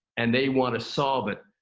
and they want to solve it.